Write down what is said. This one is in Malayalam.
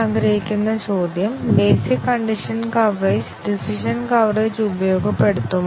ഇവ രണ്ടും ബേസിക് കണ്ടിഷൻ കവറേജും ഡിസിഷൻ കവറേജും കൈവരിക്കും